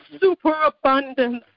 superabundance